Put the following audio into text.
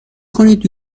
کنید